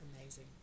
Amazing